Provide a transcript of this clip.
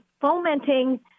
fomenting